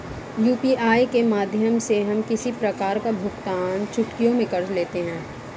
UPI के माध्यम से हम किसी प्रकार का भुगतान चुटकियों में कर लेते हैं